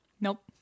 Nope